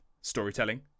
storytelling